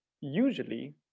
usually